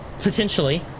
potentially